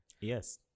Yes